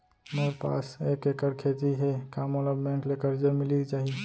मोर पास एक एक्कड़ खेती हे का मोला बैंक ले करजा मिलिस जाही?